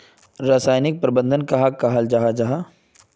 रासायनिक प्रबंधन कहाक कहाल जाहा जाहा?